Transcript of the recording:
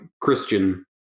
Christian